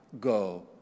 go